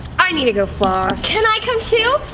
i need to go floss. can i come too?